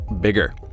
bigger